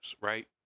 right